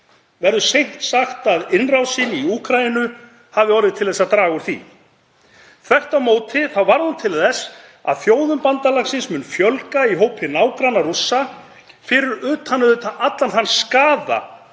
verður seint sagt að innrásin í Úkraínu hafi orðið til þess að draga úr því. Þvert á móti varð hún til þess að þjóðum bandalagsins mun fjölga í hópi nágranna Rússa, fyrir utan auðvitað allan þann skaða,